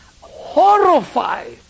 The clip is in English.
horrified